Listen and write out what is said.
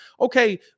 okay